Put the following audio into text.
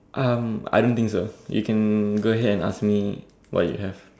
um I don't think so you can go ahead and ask me what you have